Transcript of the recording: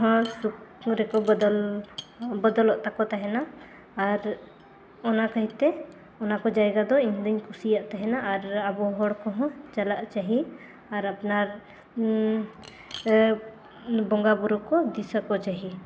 ᱦᱚᱸ ᱥᱩᱠ ᱨᱮᱠᱚ ᱵᱚᱫᱚᱞ ᱵᱚᱫᱚᱞᱚᱜ ᱛᱟᱠᱚ ᱛᱟᱦᱮᱱᱟ ᱟᱨ ᱚᱱᱟ ᱠᱟᱹᱦᱤᱛᱮ ᱚᱱᱟ ᱠᱚ ᱡᱟᱭᱜᱟ ᱫᱚ ᱤᱧᱫᱚᱧ ᱠᱩᱥᱤᱭᱟᱜ ᱛᱟᱦᱮᱱᱟ ᱟᱨ ᱟᱵᱚ ᱦᱚᱲ ᱠᱚᱦᱚᱸ ᱪᱟᱞᱟᱜ ᱪᱟᱦᱮ ᱟᱨ ᱟᱯᱱᱟᱨ ᱵᱚᱸᱜᱟᱵᱩᱨᱩ ᱠᱚ ᱫᱤᱥᱟᱠᱚ ᱪᱟᱦᱮ